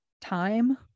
time